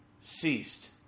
ceased